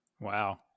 Wow